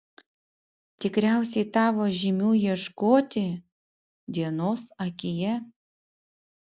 tikriausiai tavo žymių ieškoti dienos akyje